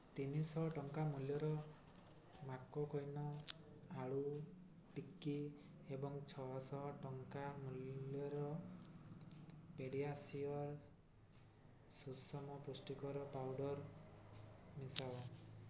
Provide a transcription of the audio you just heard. ତିନିଶହ ଟଙ୍କା ମୂଲ୍ୟର ମାକକୈନ ଆଳୁ ଟିକ୍କି ଏବଂ ଛଅ ଶହ ଟଙ୍କା ମୂଲ୍ୟର ପେଡ଼ିଆସିଓର୍ ସୁସମ ପୁଷ୍ଟିକର ପାଉଡ଼ର୍ ମିଶାଅ